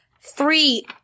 Three